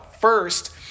First